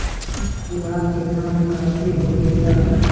खुराक केतना प्रकार के होखेला?